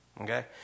okay